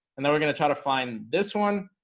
and then we're gonna try to find this one